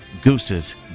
Goose's